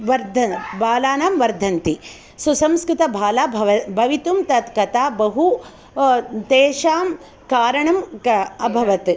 वर्धनं बालाः वर्धन्ति सुसंस्कृतबाला भवितुं तत् कथा बहु तेषां कारणम् अभवत्